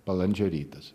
balandžio rytas